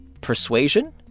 persuasion